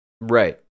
Right